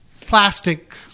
plastic